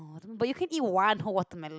but you can eat one whole watermelon